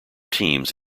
teams